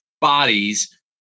bodies